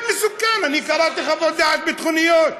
מאוד מסוכן, אני קראתי חוות דעת ביטחוניות.